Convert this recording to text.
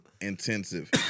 intensive